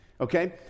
okay